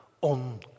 on